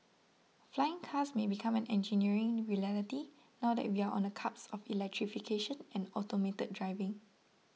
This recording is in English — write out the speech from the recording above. flying cars may become an engineering reality now that we are on the cusp of electrification and automated driving